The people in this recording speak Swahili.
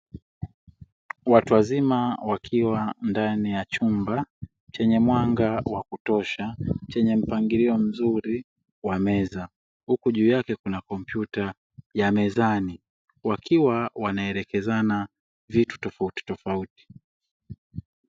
Watu wazima wakiwa ndani ya chumba chenye mwanga wa kutosha chenye mpangilio mzuri wa meza huku juu yake kuna kompyuta ya mezani, wakiwa wanaelekezana vitu tofautitofauti.